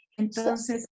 entonces